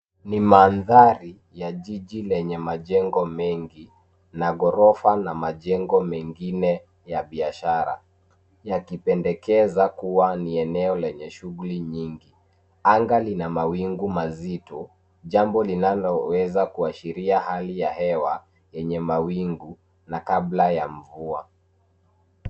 Ni mandhari ya jiji lenye majengo mengi, na ghorofa na majengo mengine ya biashara, yakipendekeza kuwa ni eneo lenye shughuli nyingi. Anga lina mawingu mazito, jambo linaloweza kuashiria hali ya hewa yenye mawingu, na kabla ya mvua.